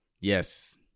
Yes